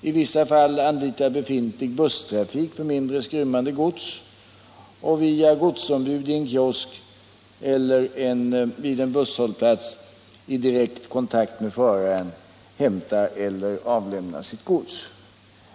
I vissa fall kan man för mindre skrymmande gods anlita befintlig busstrafik och via godsombud i en kiosk eller vid en busshållplats i direkt kontakt med föraren hämta eller avlämna sitt gods.